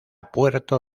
puerto